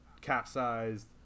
capsized